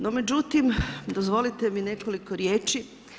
No međutim, dozvolite mi nekoliko riječi.